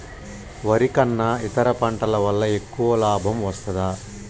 వరి కన్నా ఇతర పంటల వల్ల ఎక్కువ లాభం వస్తదా?